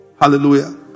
Hallelujah